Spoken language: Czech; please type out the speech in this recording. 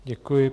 Děkuji.